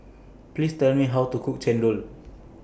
Please Tell Me How to Cook Chendol